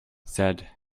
said